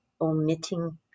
omitting